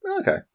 Okay